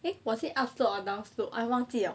eh was it up slope or down slope 忘记 liao